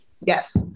Yes